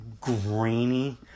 grainy